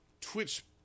Twitch